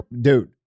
dude